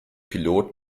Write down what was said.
pilot